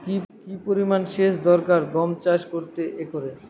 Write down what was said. কি পরিমান সেচ দরকার গম চাষ করতে একরে?